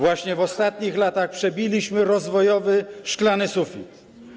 Właśnie w ostatnich latach przebiliśmy rozwojowy szklany sufit.